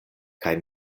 kaj